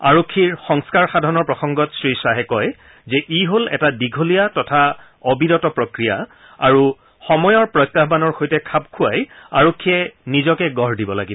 আৰক্ষীৰ সংস্কাৰ সাধনৰ প্ৰসংগত শ্ৰী খাহে কয় যে ই হল এটা দীঘলীয়া তথা অবিৰত প্ৰক্ৰিয়া আৰু সময়ৰ প্ৰত্যাহানৰ সৈতে খাপ খুৱাই আৰক্ষীয়ে নিজকে গঢ় দিব লাগিব